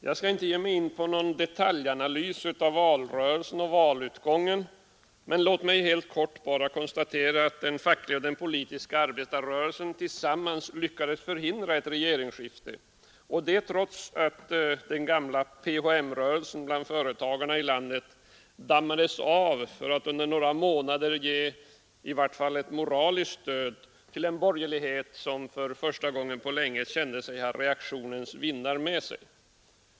Jag skall inte gå in på någon detaljanalys av valrörelsen och valutgången utan bara kort konstatera att den fackliga och politiska arbetarrörelsen tillsammans lyckades förhindra ett regeringsskifte, och det trots att den gamla PHM-rörelsen bland företagarna i landet dammades av för att under några månader ge i varje fall ett moraliskt stöd till en borgerlighet som för första gången på länge kände sig ha reaktionens vindar med sig.